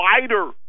wider